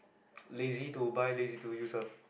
lazy to buy lazy to use ah